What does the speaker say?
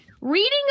Reading